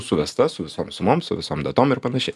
suvesta su visom sumom su visom datom ir panašiai